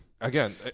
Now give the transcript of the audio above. again